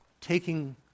Taking